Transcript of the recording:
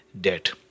debt